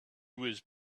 was